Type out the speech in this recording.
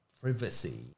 privacy